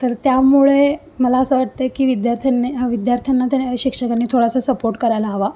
तर त्यामुळे मला असं वाटतं की विद्यार्थ्यांनी अ विद्यार्थ्यांना त्याने शिक्षकांनी थोडासा सपोट करायला हवा